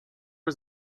was